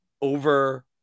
over